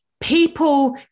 people